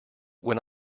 when